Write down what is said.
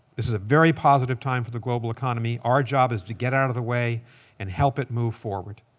this is a very positive time for the global economy. our job is to get out of the way and help it move forward.